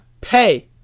Pay